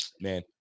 man